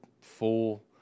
full